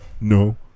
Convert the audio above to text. No